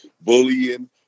bullying